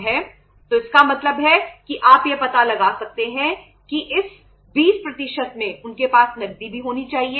तो इसका मतलब है कि आप यह पता लगा सकते हैं कि इस 20 में उनके पास नकदी भी होनी चाहिए